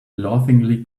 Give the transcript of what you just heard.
laughingly